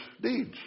deeds